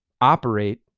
operate